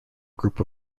group